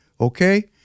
okay